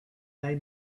they